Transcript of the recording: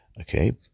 Okay